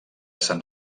sant